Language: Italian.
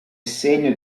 segno